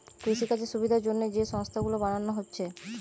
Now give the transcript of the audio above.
কৃষিকাজের সুবিধার জন্যে যে সংস্থা গুলো বানানা হচ্ছে